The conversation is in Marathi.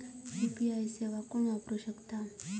यू.पी.आय सेवा कोण वापरू शकता?